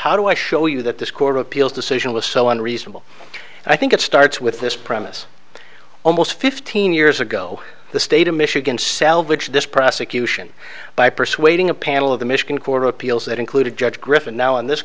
how do i show you that this court of appeals decision was so unreasonable i think it starts with this premise almost fifteen years ago the state of michigan salvage this prosecution by persuading a panel of the michigan court of appeals that included judge griffin now in this